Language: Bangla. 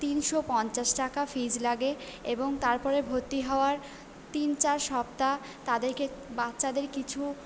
তিনশো পঞ্চাশ টাকা ফিস লাগে এবং তারপরে ভর্তি হওয়ার তিন চার সপ্তাহ তাদেরকে বাচ্চাদের কিছু